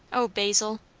o basil!